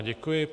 Děkuji.